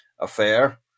affair